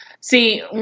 See